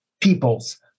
peoples